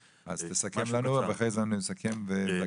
תסכם לנו ואחרי זה אני אסכם.